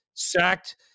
Sacked